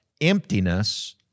emptiness